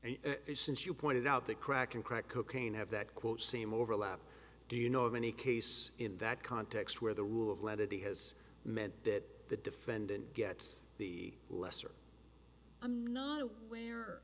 and since you pointed out the crack in crack cocaine have that quote same overlap do you know of any case in that context where the rule of whether he has meant that the defendant gets the lesser i'm not